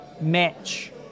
match